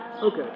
Okay